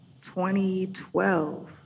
2012